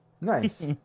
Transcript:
nice